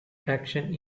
traction